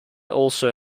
also